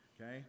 Okay